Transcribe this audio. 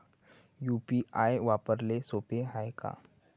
UPI वापराले सोप हाय का?